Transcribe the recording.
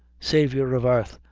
saiver of airth,